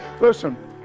Listen